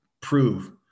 prove